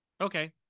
Okay